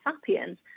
sapiens